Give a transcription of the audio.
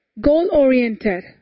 goal-oriented